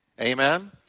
Amen